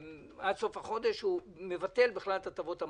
ועד סוף החודש הוא מבטל בכלל את הטבות המס.